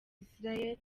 isiraheli